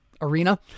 arena